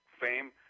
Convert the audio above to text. fame